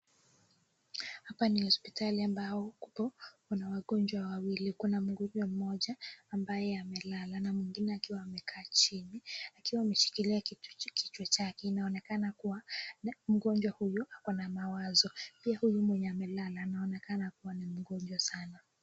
Hapa ni hospitali ambao hupo kuna wagonjwa wawili ,kuna mgonjwa mmoja ambaye amelala, na mwingine akiwa amekaa chini akiwa ameshikilia kichwa chake. Inaoneka kuwa mgonjwa huyu ako na mawazo pia huyu mwenye amelala anaonekana kuwa mgonjwa Sana.